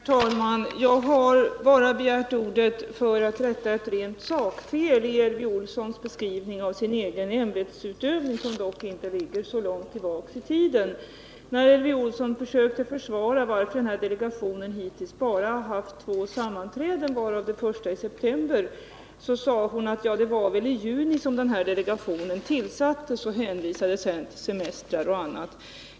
Herr talman! Jag har begärt ordet bara för att rätta ett rent sakfel i Elvy Olssons beskrivning av sin egen ämbetsutövning, som dock inte ligger så långt tillbaka i tiden. När Elvy Olsson försökte försvara att delegationen hittills bara haft två sammanträden, varav det första i september, sade hon att den tillsattes i juni, och hon hänvisade sedan till semestrar och annat.